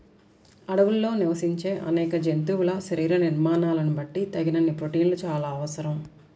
అడవుల్లో నివసించే అనేక జంతువుల శరీర నిర్మాణాలను బట్టి తగినన్ని ప్రోటీన్లు చాలా అవసరం